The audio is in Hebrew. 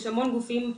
יש המון גופים,